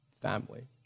family